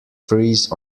freeze